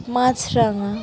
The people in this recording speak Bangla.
মাছরাঙা